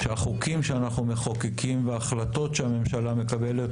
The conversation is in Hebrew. שהחוקים שאנחנו מחוקקים וההחלטות שהממשלה מקבלת,